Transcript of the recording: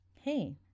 hey